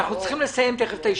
אנחנו צריכים לסיים תיכף את הישיבה.